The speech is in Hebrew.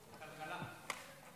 לכלכלה.